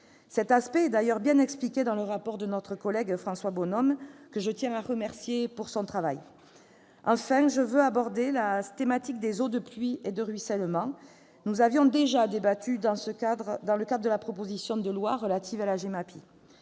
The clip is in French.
Cet aspect est d'ailleurs bien expliqué dans le rapport de notre collègue François Bonhomme, que je tiens à remercier de son travail. Enfin, je veux aborder la thématique des eaux de pluie et de ruissellement. Nous en avions déjà débattu dans le cadre de la proposition de loi relative à la GEMAPI.